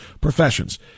professions